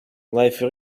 life